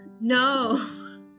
No